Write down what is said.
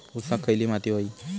ऊसाक खयली माती व्हयी?